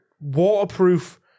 waterproof